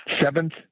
Seventh